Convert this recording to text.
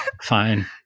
Fine